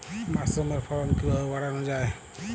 মাসরুমের ফলন কিভাবে বাড়ানো যায়?